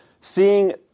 seeing